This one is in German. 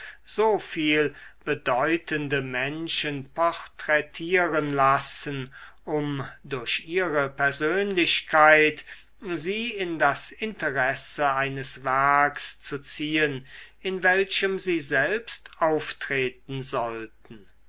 so viel bedeutende menschen porträtieren lassen um durch ihre persönlichkeit sie in das interesse eines werks zu ziehen in welchem sie selbst auftreten sollten